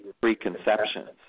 preconceptions